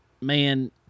man